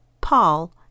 Paul